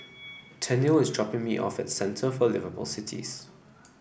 Tennille is dropping me off at Centre for Liveable Cities